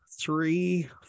Three